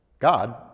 God